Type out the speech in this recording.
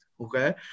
okay